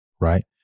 right